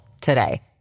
today